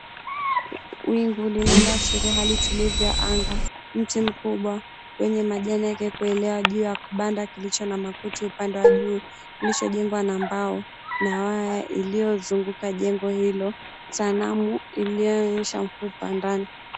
Wingu linaloashiria hali tulivu ya anga, mti mkubwa, wenye majani yake kuelewa juu ya kibanda kilicho na makuti upande wa juu, kilichojengwa na mbao, na waya iliyozunguka jengo hilo, sanamu iliyoonyesha mfupa ndani.